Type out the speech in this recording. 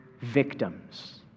victims